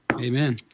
Amen